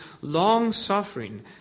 long-suffering